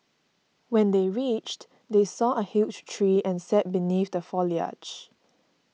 when they reached they saw a huge tree and sat beneath the foliage